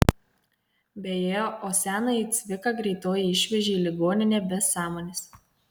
beje o senąjį cviką greitoji išvežė į ligoninę be sąmonės